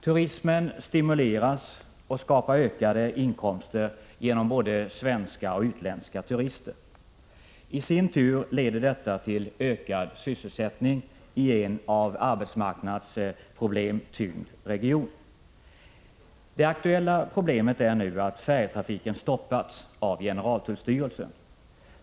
Turismen stimuleras, och både svenska och utländska turister skapar ökade inkomster. Detta leder i sin tur till ökad sysselsättning i en av arbetsmarknadsproblem tyngd region. Det aktuella problemet är nu att färjetrafiken har stoppats av generaltullstyrelsen.